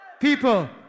People